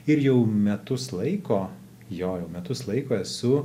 ir jau metus laiko jo jau metus laiko esu